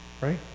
Right